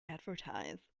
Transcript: advertise